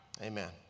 Amen